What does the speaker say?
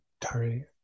Tari